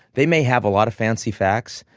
they may have a lot of fancy facts,